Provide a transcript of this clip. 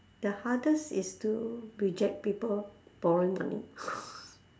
the hardest is to reject people borrowing money